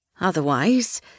Otherwise